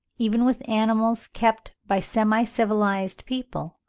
even with animals kept by semi-civilised people,